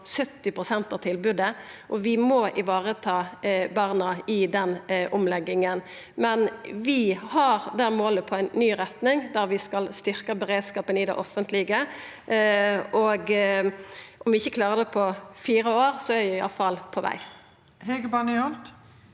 pst. av tilbodet, og vi må vareta barna i den omlegginga. Men vi har det målet på ei ny retning, der vi skal styrkja beredskapen i det offentlege. Og om vi ikkje klarar det på fire år, er vi iallfall på veg. Hege Bae Nyholt